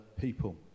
people